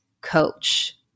coach